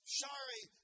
sorry